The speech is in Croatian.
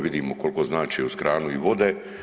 Vidimo koliko znači uz hranu i vode.